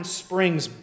springs